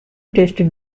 tasted